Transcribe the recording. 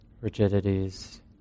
rigidities